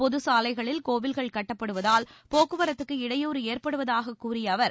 பொதுச்சாலைகளில் கோவில்கள் கட்டப்படுவதால் போக்குவரத்துக்கு இடையூறு ஏற்படுவதாக கூறிய அவர்